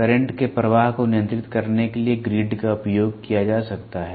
current के प्रवाह को नियंत्रित करने के लिए ग्रिड का उपयोग किया जा सकता है